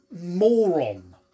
moron